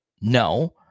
No